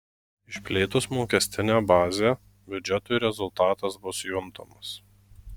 išplėtus mokestinę bazę biudžetui rezultatas bus juntamas